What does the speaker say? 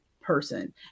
person